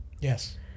Yes